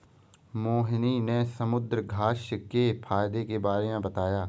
मोहिनी ने समुद्रघास्य के फ़ायदे के बारे में बताया